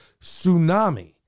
tsunami